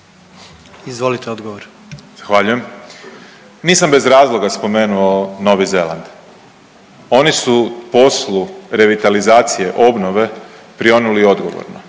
Peđa (SDP)** Zahvaljujem. Nisam bez razloga spomenuo Novi Zeland, oni su poslu revitalizacije obnove prionuli odgovorno